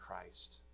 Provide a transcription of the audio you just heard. Christ